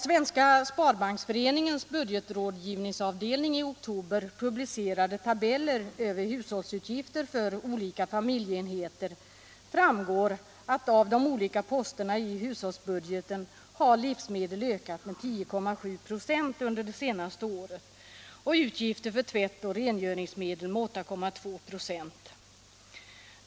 Svenska sparbanksföreningens budgetrådgivningsavdelning publicerade i oktober tabeller över hushållsutgifter för olika familjeenheter. Där framgår att av de olika posterna i hushållsbudgeten har livsmedel ökat med 10,7 26 under det senaste året och utgifter för tvätt och rengöringsmedel med 8,2 26.